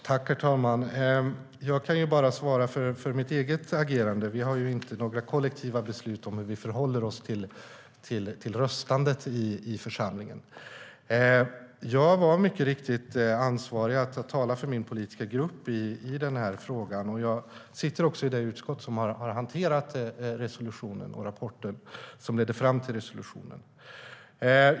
Herr talman! Jag kan bara svara för mitt eget agerande. Vi har inte några kollektiva beslut om hur vi förhåller oss till röstandet i församlingen. Jag var mycket riktigt ansvarig för att tala för min politiska grupp i frågan, och jag sitter också i det utskott som har hanterat resolutionen och rapporten som ledde fram till den.